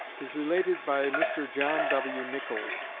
is related by mr. john w. nichols,